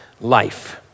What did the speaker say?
life